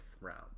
round